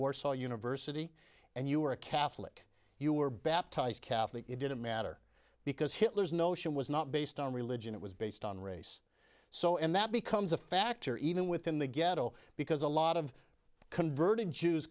warsaw university and you were a catholic you were baptized catholic it didn't matter because hitler's notion was not based on religion it was based on race so and that becomes a factor even within the ghetto because a lot of convert